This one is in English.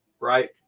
right